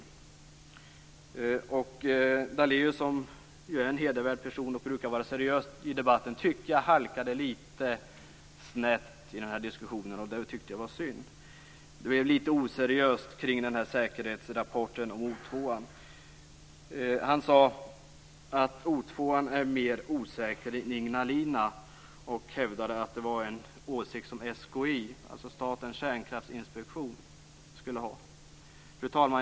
Jag tyckte att Daléus, som är en hedervärd person som brukar vara seriös i debatten, halkade litet snett i den här diskussionen. Det tycker jag var synd. Det blev litet oseriöst omkring den här säkerhetsrapporten om O2:an. Han sade att O2:an är mer osäker än Ignalina och hävdade att det var en åsikt som SKI, alltså Fru talman!